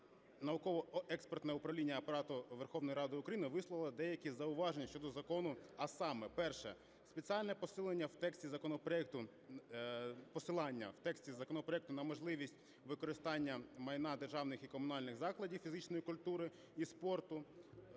Верховної Ради України висловило деякі зауваження щодо закону. А саме, перше: спеціальне посилання у тексті законопроекту на можливість використання майна державних і комунальних закладів фізичної культури і спорту